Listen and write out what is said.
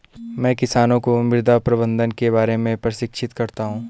मैं किसानों को मृदा प्रबंधन के बारे में प्रशिक्षित करता हूँ